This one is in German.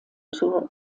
tour